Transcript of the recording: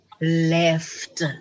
left